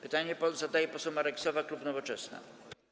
Pytanie zadaje poseł Marek Sowa, klub Nowoczesna.